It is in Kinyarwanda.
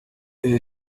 ibi